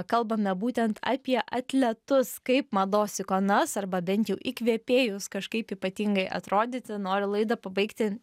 kalbame būtent apie atletus kaip mados ikonas arba bent jau įkvėpėjus kažkaip ypatingai atrodyti noriu laidą pabaigti